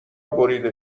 بریده